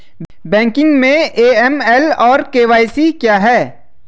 Banking में AML और KYC क्या हैं?